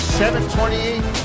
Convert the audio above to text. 7.28